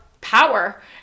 power